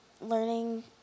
learning